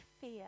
fear